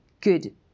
good